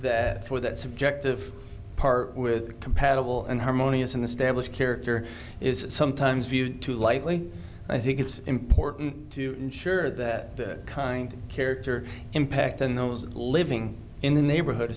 that for that subjective par with compatible and harmonious in the stablished character is sometimes viewed too lightly i think it's important to ensure that the kind character impact on those living in the neighborhood